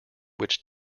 which